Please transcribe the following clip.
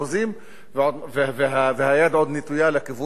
והיד עוד נטויה לכיוון הגרוע יותר.